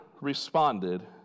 responded